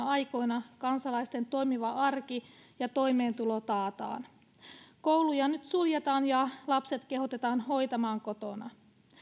aikoina kansalaisten toimiva arki ja toimeentulo taataan kouluja nyt suljetaan ja lapset kehotetaan hoitamaan kotona